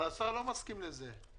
אבל השר לא מסכים לזה.